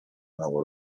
mało